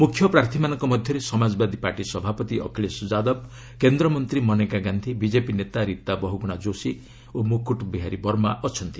ମୁଖ୍ୟ ପ୍ରାର୍ଥୀମାନଙ୍କ ମଧ୍ୟରେ ସମାଜବାଦୀ ପାର୍ଟି ସଭାପତି ଅଖିଳେଶ ଯାଦବ କେନ୍ଦ୍ରମନ୍ତ୍ରୀ ମନେକା ଗାନ୍ଧି ବିଜେପି ନେତା ରିତା ବହୁଗୁଣା ଯୋଶୀ ଓ ମୁକୁଟ ବିହାରୀ ବର୍ମା ଅଛନ୍ତି